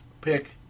pick